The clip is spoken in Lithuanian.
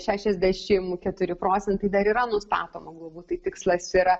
šešiasdešimt keturi procentai dar yra nustatoma globų tai tikslas yra